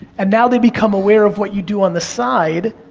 and now they become aware of what you do on the side,